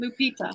Lupita